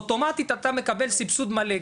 אוטומטית אתה מקבל סבסוד מלא,